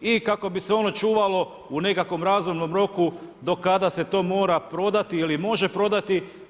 i kako bi se ono čuvalo u nekakvom razumnom roku do kada se to mora prodati ili može prodati.